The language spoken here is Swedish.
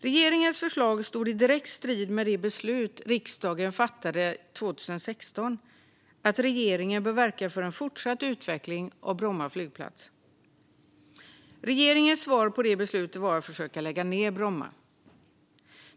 Regeringens förslag stod i direkt strid med det beslut riksdagen fattade 2016: att regeringen bör verka för en fortsatt utveckling av Bromma flygplats. Regeringens svar på det beslutet var att försöka lägga ned Bromma.